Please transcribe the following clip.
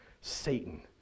Satan